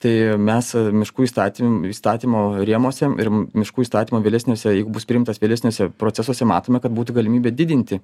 tai mes miškų įstaty įstatymo rėmuose ir miškų įstatymo vėlesniuose jeigu bus priimtas vėlesniuose procesuose matome kad būtų galimybė didinti